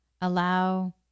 allow